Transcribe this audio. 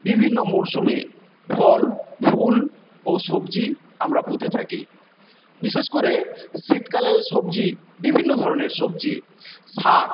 বিভিন্ন মরসুমে ফল ফুল ও সবজি আমরা পুঁতে থাকি বিশেষ করে শীতকালের সবজি বিভিন্ন ধরণের সবজি সাক